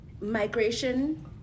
migration